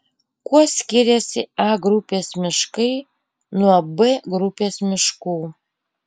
kuo skiriasi a grupės miškai nuo b grupės miškų